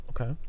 Okay